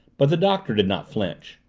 but the doctor did not flinch.